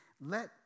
let